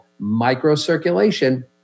microcirculation